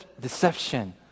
deception